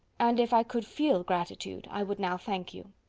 and if i could feel gratitude, i would now thank you.